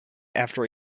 after